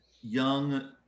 young